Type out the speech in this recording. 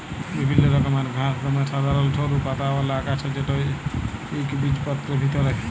বিভিল্ল্য রকমের ঘাঁস দমে সাধারল সরু পাতাআওলা আগাছা যেট ইকবিজপত্রের ভিতরে